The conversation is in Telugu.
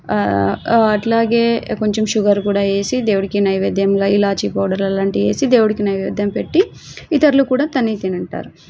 అలాగే కొంచెం షుగర్ కూడా వేసి దేవుడికి నైవేద్యంగా ఇలాచీ పౌడర్ అలాంటి వేసి దేవుడుకి నైవేద్యం పెట్టి ఇతరులు కూడా తనే తింటారు